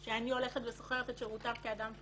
שהוא מעל הזוטר תלוי בעשייה פוליטית.